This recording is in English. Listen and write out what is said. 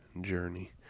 journey